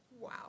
Wow